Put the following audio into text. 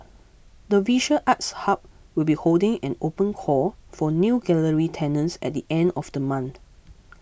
the visual arts hub will be holding an open call for new gallery tenants at the end of the month